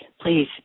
Please